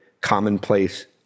commonplace